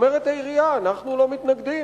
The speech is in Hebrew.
אומרת העירייה: אנחנו לא מתנגדים,